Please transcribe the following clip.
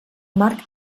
marc